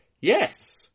yes